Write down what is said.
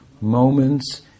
moments